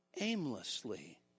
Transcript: aimlessly